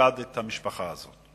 שפקד את המשפחה הזאת.